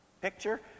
Picture